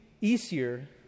easier